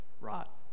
rot